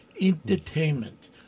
entertainment